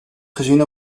gezien